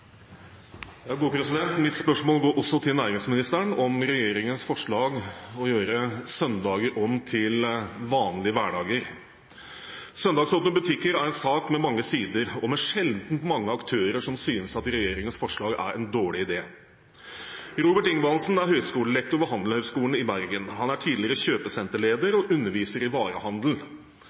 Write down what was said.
Mitt spørsmål går også til næringsministeren og gjelder regjeringens forslag til å gjøre søndager om til vanlige hverdager. Søndagsåpne butikker er en sak med mange sider og med sjeldent mange aktører som synes at regjeringens forslag er en dårlig idé. Robert Ingvaldsen er høyskolelektor ved Handelshøyskolen BI i Bergen. Han er tidligere kjøpesenterleder og underviser i varehandel.